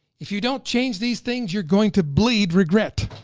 if you don't change these things you're going to bleed regret.